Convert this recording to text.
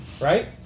Right